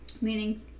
Meaning